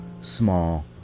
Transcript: small